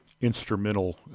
instrumental